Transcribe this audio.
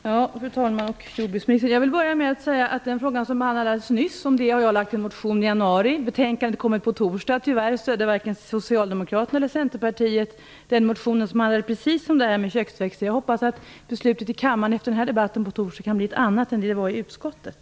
Fru talman! Jordbruksministern! Jag vill börja med att säga att jag har väckt en motion i januari om den fråga som behandlades nyss. Betänkandet kommer på torsdag. Tyvärr var varken Socialdemokraterna eller Centerpartiet med här. Motionen handlade just om köksväxter. Jag hoppas att beslutet i kammaren efter debatten på torsdag kan bli ett annat än i utskottet.